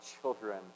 children